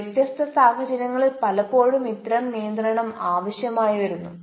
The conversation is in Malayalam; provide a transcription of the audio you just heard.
വ്യത്യസ്ത സാഹചര്യങ്ങളിൽ പലപ്പോഴും ഇത്തരം നിയന്ത്രണം ആവശ്യമായി വരുന്നു